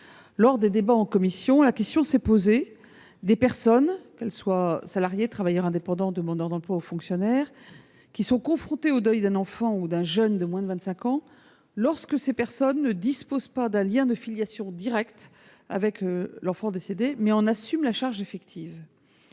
Lors des débats en commission, la question s'est posée des personnes- salariés, travailleurs indépendants, demandeurs d'emploi ou fonctionnaires -confrontées au deuil d'un enfant ou d'un jeune de moins de 25 ans, ne disposant pas d'un lien de filiation directe avec l'enfant décédé, mais en assumant la charge effective.